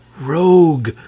rogue